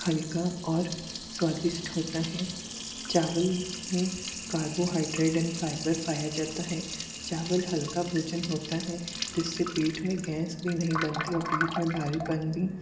हल्का और स्वादिष्ट होता है चावल में कार्बोहाइड्रेट एंड फाइबर पाया जाता है चावल हल्का भोजन होता है जिससे पेट में गैस भी नहीं बनती और पेट में भारीपन भी